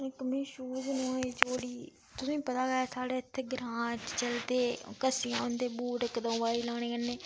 इक में शूज नुआए जोड़ी तुसेंगी पता गै साढ़े इत्थें ग्रांऽ च चलदे घसी जंदे बूट इक दो बारी लाने कन्नै